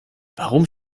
warum